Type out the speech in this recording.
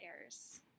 errors